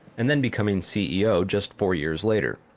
and then becoming ceo just four years later.